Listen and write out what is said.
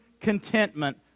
contentment